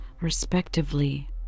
respectively